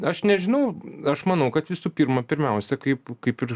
aš nežinau aš manau kad visų pirma pirmiausia kaip kaip ir